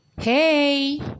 hey